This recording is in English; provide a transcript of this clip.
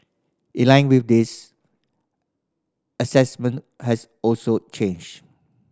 in line with this assessment has also changed